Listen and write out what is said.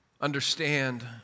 understand